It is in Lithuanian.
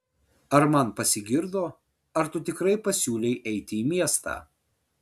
ar man pasigirdo ar tu tikrai pasiūlei eiti į miestą